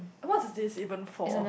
what is this even for